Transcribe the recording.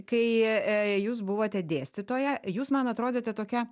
kai jūs buvote dėstytoja jūs man atrodėte tokia